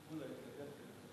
כמה חברי כנסת כבר יש לנו?